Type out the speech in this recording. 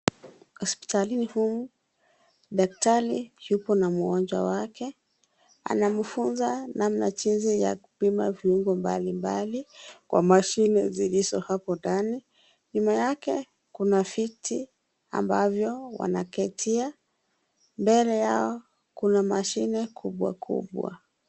Hospitalini humu, daktari yuko na mgonjwa wake, anamfunza namna jinsi ya kupima viungo mbalimbali kwa mashine zilizo hapo ndani. Nyuma yake, kuna viti ambavyo wanaketia. Mbele yao kuna mashine kubwa kubwa.